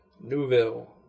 Newville